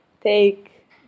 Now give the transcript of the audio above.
take